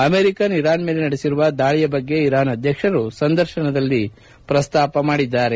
America Iran ಮೇಲೆ ನಡೆಸಿರುವ ದಾಳಿಯ ಬಗ್ಗೆಯು ಇರಾನ್ ಅಧ್ಯಕ್ಷರು ಸಂದರ್ಶನದಲ್ಲಿ ಪ್ರಸ್ತಾಪಿಸಿದ್ದಾರೆ